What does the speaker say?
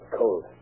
cold